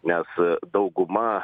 nes dauguma